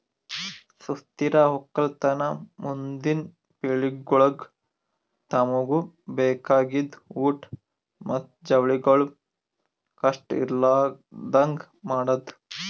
ಸುಸ್ಥಿರ ಒಕ್ಕಲತನ ಮುಂದಿನ್ ಪಿಳಿಗೆಗೊಳಿಗ್ ತಮುಗ್ ಬೇಕಾಗಿದ್ ಊಟ್ ಮತ್ತ ಜವಳಿಗೊಳ್ ಕಷ್ಟ ಇರಲಾರದಂಗ್ ಮಾಡದ್